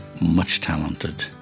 much-talented